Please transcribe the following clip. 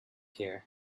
here